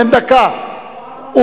בן דקה,